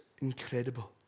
incredible